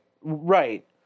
Right